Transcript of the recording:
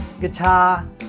guitar